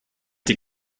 die